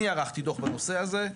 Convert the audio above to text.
אני ערכתי דוח בנושא הזה.